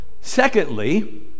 Secondly